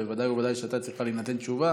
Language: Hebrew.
ודאי וודאי הייתה צריכה להינתן תשובה.